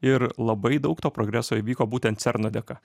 ir labai daug to progreso įvyko būtent cerno dėka